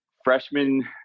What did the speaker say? Freshman